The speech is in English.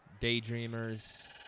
daydreamers